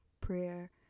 prayer